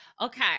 okay